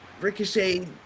Ricochet